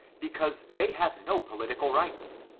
because they have no political rights,